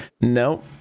No